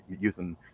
using